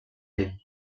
lent